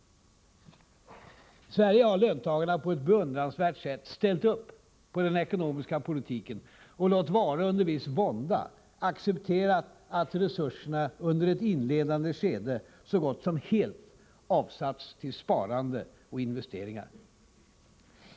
I Sverige har löntagarna på ett beundransvärt sätt ställt upp på den ekonomiska politiken och — låt vara under viss vånda — accepterat att resurserna under ett inledande skede så gott som helt avsatts till sparande och investeringar.